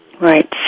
Right